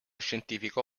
scientifico